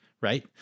right